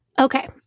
Okay